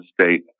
state